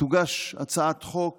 תוגש הצעת חוק